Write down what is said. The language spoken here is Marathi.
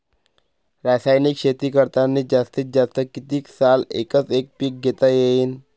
रासायनिक शेती करतांनी जास्तीत जास्त कितीक साल एकच एक पीक घेता येईन?